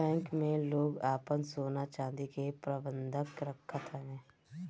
bank में लोग आपन सोना चानी के बंधक रखत हवे